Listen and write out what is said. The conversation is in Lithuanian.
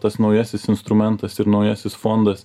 tas naujasis instrumentas ir naujasis fondas